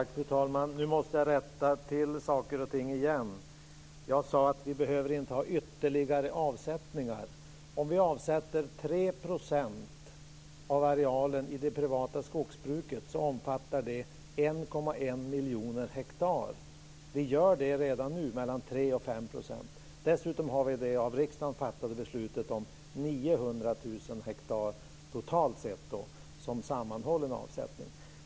Fru talman! Nu måste jag rätta till saker och ting igen. Jag sade att vi inte behöver ha ytterligare avsättningar. Om vi avsätter 3 % av arealen i det privata skogsbruket omfattar det 1,1 miljoner hektar. Vi avsätter redan nu mellan 3 och 5 %. Dessutom har vi det av riksdagen fattade beslutet om 900 000 hektar totalt sett som sammanhållen avsättning.